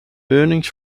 earnings